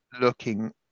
looking